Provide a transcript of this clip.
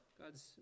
God's